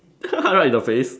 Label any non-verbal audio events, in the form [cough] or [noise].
[laughs] right in the face